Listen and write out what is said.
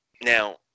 now